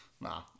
Nah